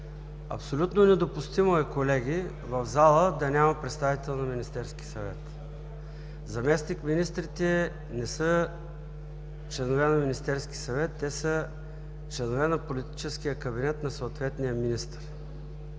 Абсолютно недопустимо е, колеги, в залата да няма представител на Министерския съвет. Заместник-министрите не са членове на Министерския съвет, те са членове на политическия кабинет на съответния министър.